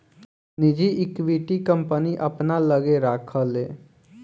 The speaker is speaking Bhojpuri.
निजी इक्विटी, कंपनी अपना लग्गे राखेला